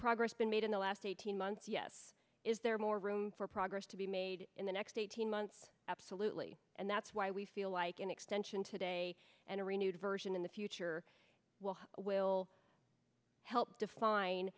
progress been made in the last eighteen months yes is there more room for progress to be made in the next eighteen months absolutely and that's why we feel like an extension today and a renewed version in the future will help define